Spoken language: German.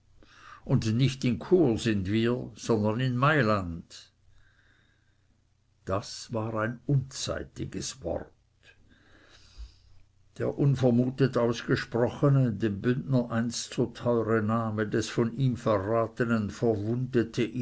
und nicht in chur sind wir sondern in mailand das war ein unzeitiges wort der unvermutet ausgesprochene dem bündner einst so teure name des von ihm verratenen verwundete